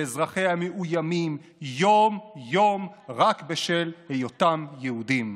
שאזרחיה מאוימים יום-יום רק בשל היותם יהודים,